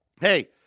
Hey